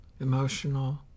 emotional